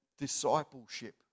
Discipleship